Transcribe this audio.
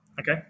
okay